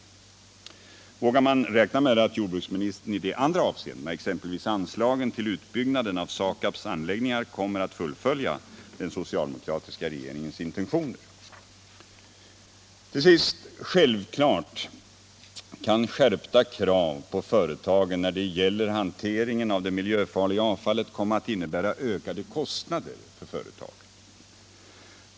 Men vågar man räkna med att jordbruksministern i de andra avseendena, exempelvis anslagen till utbyggnaden av SAKAB:s anläggningar, kommer att fullfölja den socialdemokratiska regeringens intentioner? Till sist: Självfallet kan skärpta krav på företagen när det gäller hanteringen av det miljöfarliga avfallet komma att innebära ökade kostnader för dem.